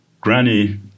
Granny